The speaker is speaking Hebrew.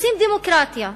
רוצים דמוקרטיה,